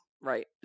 right